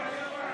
תומכות,